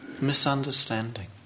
misunderstanding